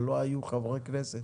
אבל לא היו חברי כנסת